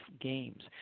games